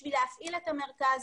בשביל להפעיל את המרכז,